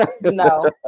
No